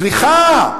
סליחה,